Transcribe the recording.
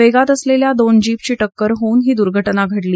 वेगात असलेल्या दोन जीपची टक्कर होऊन ही दुर्घटना घडली